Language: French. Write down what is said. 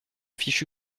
fichu